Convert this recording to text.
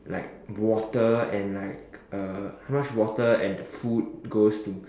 like water and like uh how much water and food goes to